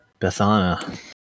Bethana